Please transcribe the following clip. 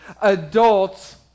adults